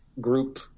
group